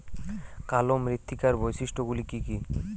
কালো মৃত্তিকার বৈশিষ্ট্য গুলি কি কি?